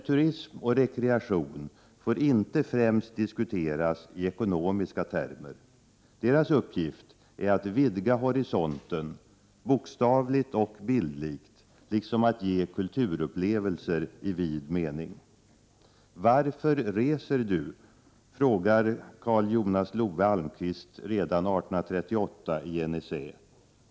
Turism och rekreation får dock inte främst diskuteras i ekonomiska termer. Dess uppgift är att vidga horisonten, bokstavligt och bildligt, liksom att ge kulturupplevelser i vid mening. Varför reser du? frågar Carl Jonas Love Almqvist redan år 1838 i en essä.